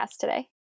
today